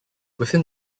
within